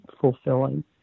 fulfilling